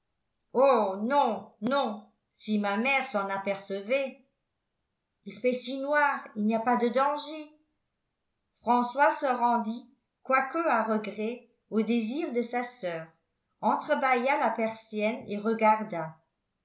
oh non non si ma mère s'en apercevait il fait si noir il n'y a pas de danger françois se rendit quoique à regret au désir de sa soeur entrebâilla la persienne et regarda